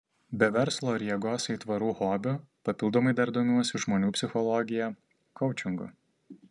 be verslo ir jėgos aitvarų hobio papildomai dar domiuosi žmonių psichologija koučingu